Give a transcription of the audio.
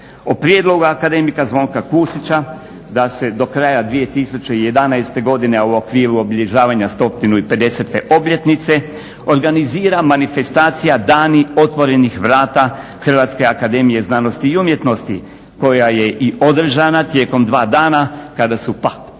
O prijedlogu akademika Zvonka Kusića da se do kraja 2011. godine u okviru obilježavanja 150.obljetnice organizira manifestacija "Dani otvorenih vrata HAZU" koja je i održana tijekom dva dana kada su palaču